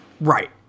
Right